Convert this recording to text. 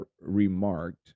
remarked